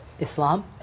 Islam